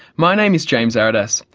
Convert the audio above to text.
my name is james aridas.